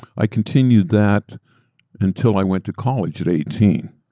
i continued that until i went to college at eighteen.